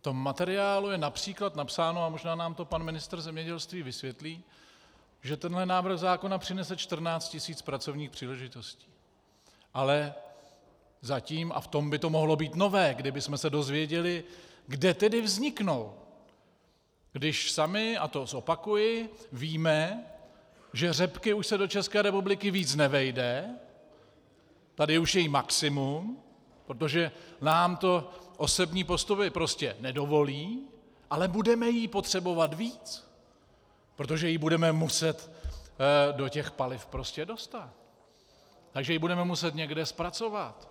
V tom materiálu je například napsáno, a možná nám to pan ministr zemědělství vysvětlí, že tento návrh zákona přinese 14 tisíc pracovních příležitostí, ale zatím, a v tom by to mohlo být nové, kdybychom se dozvěděli, kde tedy vzniknou, když sami, a to zopakuji, víme, že řepky už se do České republiky víc nevejde, tady už je jí maximum, protože nám to osevní postupy prostě nedovolí, ale budeme jí potřebovat více, protože ji budeme muset do paliv prostě dostat, takže ji budeme muset někde zpracovat.